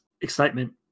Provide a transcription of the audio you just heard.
excitement